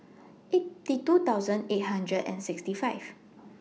eighty two thousand eight hundred and sixty five